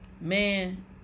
man